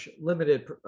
limited